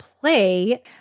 play